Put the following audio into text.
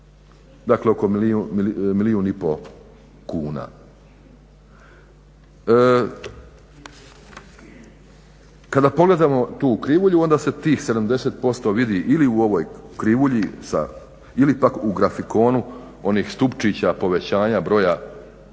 dakle oko milijun i pol kuna. Kada pogledamo tu krivulju onda se tih 70% vidi ili u ovoj krivulji ili pak u grafikonu onih stupčića povećanja broja naknada